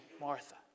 Martha